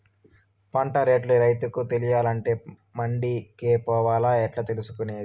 పంట రేట్లు రైతుకు తెలియాలంటే మండి కే పోవాలా? ఎట్లా తెలుసుకొనేది?